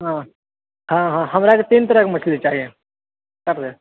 हँ हमरा जे छै तीन तरहके मछली चाही